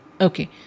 Okay